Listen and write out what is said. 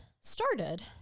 started